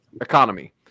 Economy